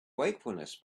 wakefulness